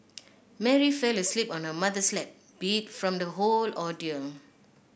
Mary fell asleep on her mother's lap beat from the whole ordeal